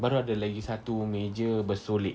baru ada lagi satu meja bersolek